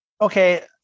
okay